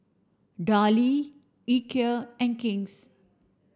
Darlie Ikea and King's